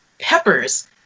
peppers